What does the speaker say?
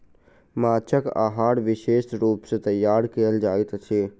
माँछक आहार विशेष रूप सॅ तैयार कयल जाइत अछि